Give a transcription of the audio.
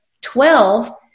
Twelve